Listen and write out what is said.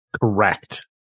Correct